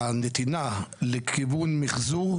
הנתינה לכיוון מיחזור,